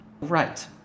right